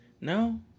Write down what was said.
No